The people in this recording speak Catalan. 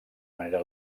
manera